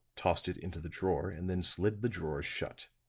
tossed it into the drawer and then slid the drawer shut.